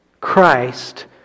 Christ